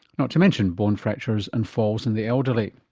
not to mention bone fractures and falls in the elderly.